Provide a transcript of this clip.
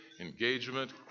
engagement